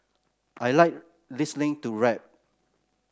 I like listening to rap